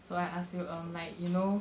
so I ask you like um you know